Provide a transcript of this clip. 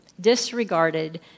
disregarded